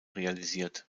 realisiert